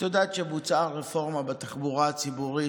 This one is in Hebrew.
את יודעת שבוצעה רפורמה בתחבורה הציבורית.